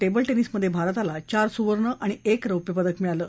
table टेनिसमधे भारताला चार सुवर्ण आणि एक रौप्य पदक मिळालं